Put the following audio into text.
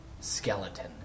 skeleton